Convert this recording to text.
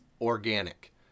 organic